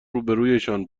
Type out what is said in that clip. روبهرویشان